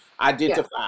identify